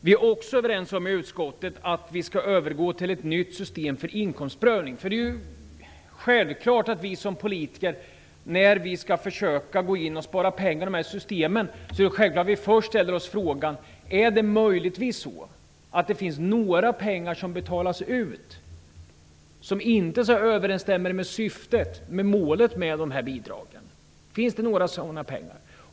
Vi är i utskottet också överens om att vi skall övergå till ett nytt system för inkomstprövning. Det är självklart att vi som politiker, när vi skall spara pengar i de här systemen, ställer oss frågan: Är det möjligtvis så att det finns några pengar som betalas ut men som inte överensstämmer med målet för bidragen?